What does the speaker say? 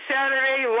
Saturday